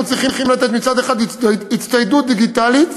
אנחנו צריכים לתת מצד אחד הצטיידות דיגיטלית,